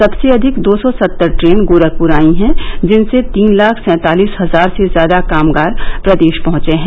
सबसे अधिक दो सौ सत्तर ट्रेन गोरखपुर आईं हैं जिनसे तीन लाख सैंतालीस हजार से ज्यादा कामगार प्रदेश पहंचे हैं